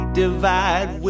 divide